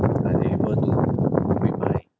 I'm able to complete my